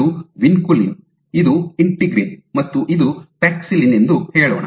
ಇದು ವಿನ್ಕುಲಿನ್ ಇದು ಇಂಟಿಗ್ರಿನ್ ಮತ್ತು ಇದು ಪ್ಯಾಕ್ಸಿಲಿನ್ ಎಂದು ಹೇಳೋಣ